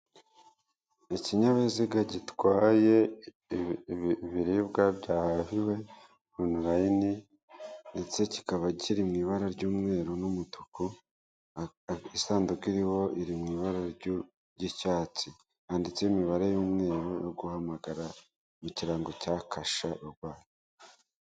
Ikinyabiziga gitwaye ibibwa byahahiwe onulayini ndetse kikaba kiri mu ibara ry'umweru n'umutuku isanduku iriho iri mu ibara ry'icyatsi handitseho imibare y'umweru yo guhamagara mu kirango cya kasha rwa.